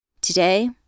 Today